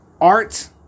Art